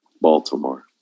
Baltimore